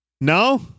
No